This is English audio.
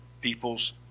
people's